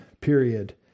period